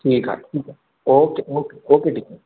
ठीकु आहे ठीकु आहे ओके ओके ओके टीचर